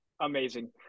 Amazing